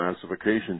Classification